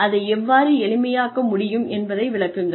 அதை எவ்வாறு எளிமையாக்க முடியும் என்பதையும் விளக்குங்கள்